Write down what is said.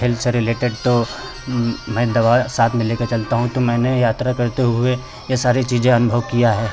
health से related तो मैं दवा साथ में लेकर चलता हूँ तो मैंने यात्रा करते हुए यह सारी चीज़ें अनुभव किया है